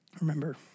remember